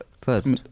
first